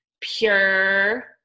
pure